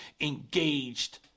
Engaged